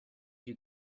get